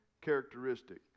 characteristic